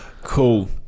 Cool